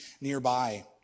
nearby